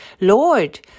Lord